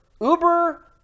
Uber